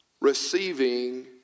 receiving